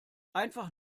einfach